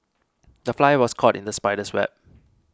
the fly was caught in the spider's web